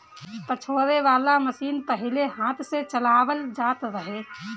पछोरे वाला मशीन पहिले हाथ से चलावल जात रहे